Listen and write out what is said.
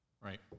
Right